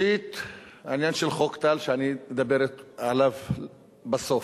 העניין של חוק טל, אני אדבר עליו בסוף.